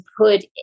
put